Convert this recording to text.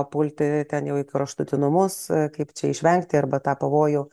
pulti ten jau į kraštutinumus kaip čia išvengti arba tą pavojų